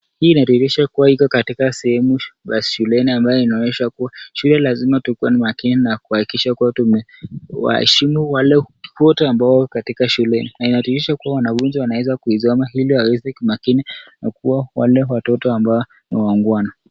Hii ni dirisha ambayo iko katika sehemu ya shuleni, inaonyesha, shule lazima tukue makini na kuhakikisha kuwa tume, waeshimu wale wote ambao wako katika shule, na inadihirisha kuwa wanafunzi wanaweza kuisoma hilo kwa makini na waweze kuwa ni wale watoto ambao ni wangwana.